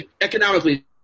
Economically